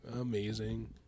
Amazing